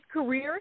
career